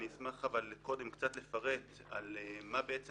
אבל אני אשמח קודם כול קצת לפרט על מה אנחנו